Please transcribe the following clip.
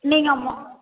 நீங்கள் மொ